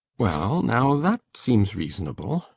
well now, that seems reasonable,